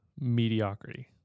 mediocrity